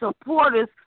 supporters